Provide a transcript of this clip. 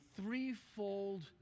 threefold